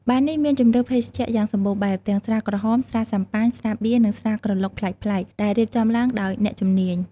បារនេះមានជម្រើសភេសជ្ជៈយ៉ាងសម្បូរបែប ទាំងស្រាក្រហម ស្រាស៊ាំប៉ាញ ស្រាបៀរ និងស្រាក្រឡុកប្លែកៗ ដែលរៀបចំឡើងដោយអ្នកជំនាញ។